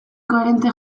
koherente